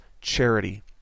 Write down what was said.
charity